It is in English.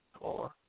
four